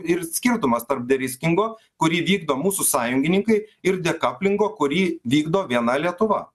ir skirtumas tarp deriskingo kurį vykdo mūsų sąjungininkai ir dekaplingo kurį vykdo viena lietuva